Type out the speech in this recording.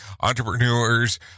Entrepreneurs